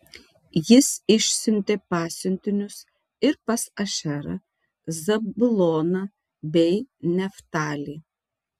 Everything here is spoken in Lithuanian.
jis išsiuntė pasiuntinius ir pas ašerą zabuloną bei neftalį